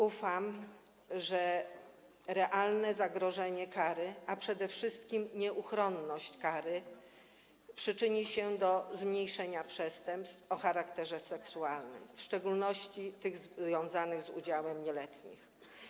Ufam, że realne zagrożenie karą, a przede wszystkim nieuchronność kary, przyczyni się do zmniejszenia liczby przestępstw o charakterze seksualnym, w szczególności tych z udziałem nieletnich.